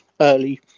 early